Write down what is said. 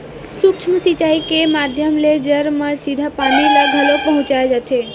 सूक्ष्म सिचई के माधियम ले जर म सीधा पानी ल घलोक पहुँचाय जाथे